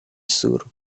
sur